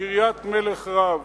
קרית מלך רב".